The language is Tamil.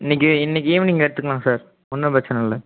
இன்றைக்கி இன்றைக்கி ஈவினிங் எடுத்துக்கலாம் சார் ஒன்றும் பிரச்சனை இல்லை